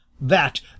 that